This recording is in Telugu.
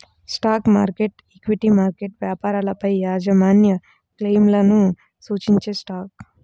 స్టాక్ మార్కెట్, ఈక్విటీ మార్కెట్ వ్యాపారాలపైయాజమాన్యక్లెయిమ్లను సూచించేస్టాక్